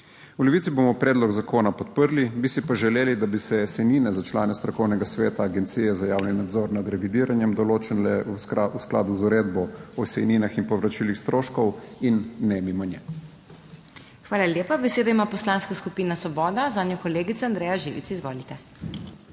V Levici bomo predlog zakona podprli, bi si pa želeli, da bi se sejnine za člane strokovnega sveta Agencije za javni nadzor nad revidiranjem določile v skladu z uredbo o sejninah in povračilih stroškov, in ne mimo nje. PODPREDSEDNICA MAG. MEIRA HOT: Hvala lepa. Besedo ima Poslanska skupina Svoboda, zanjo kolegica Andreja Živic. Izvolite.